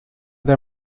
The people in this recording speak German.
der